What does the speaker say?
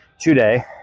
today